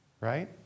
Right